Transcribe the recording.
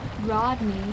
Rodney